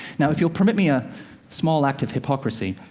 now if you'll permit me a small act of hypocrisy,